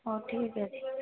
ହଉ ଠିକ୍ ଅଛି